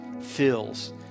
fills